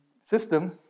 system